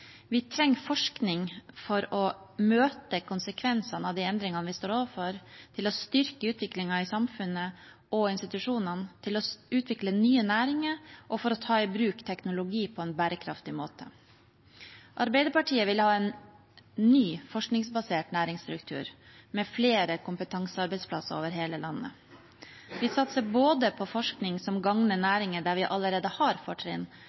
Vi trenger forskning for å møte konsekvensene av endringene vi står overfor, til å styrke utviklingen i samfunnet og institusjonene til å utvikle nye næringer, og for å ta i bruk ny teknologi på en bærekraftig måte. Arbeiderpartiet vil ha en ny, forskningsbasert næringsstruktur med flere kompetansearbeidsplasser over hele landet. Vi satser både på forskning som gagner næringer der vi allerede har fortrinn,